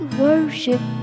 worship